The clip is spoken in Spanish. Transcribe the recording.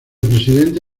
presidente